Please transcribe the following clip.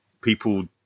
people